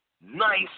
nice